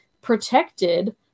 protected